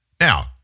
Now